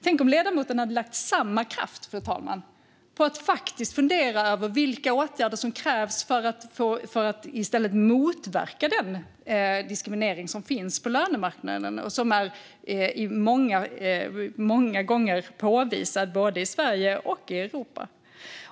Tänk om ledamoten hade lagt samma kraft, fru talman, på att faktiskt fundera över vilka åtgärder som krävs för att i stället motverka den diskriminering som finns på lönemarknaden och som påvisats många gånger både i Sverige och i Europa.